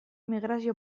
migrazio